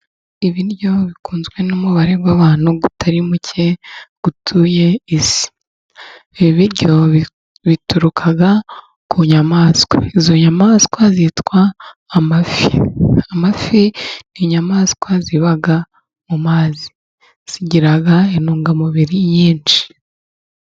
Ibiryo bikunzwe n'umubare w'abantu utari muke utuye isi, ibi biryo bituruka ku nyamaswa, izo nyamaswa zitwa amafi. Amafi ni inyamaswa ziba mu mazi zigira intungamubiri nyinshi.